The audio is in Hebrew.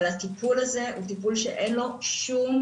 אבל הטיפול הזה הוא טיפול שאין לו שום